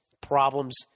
problems